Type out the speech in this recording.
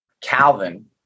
Calvin